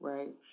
Right